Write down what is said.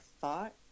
thought